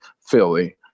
Philly